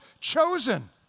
chosen